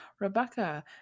Rebecca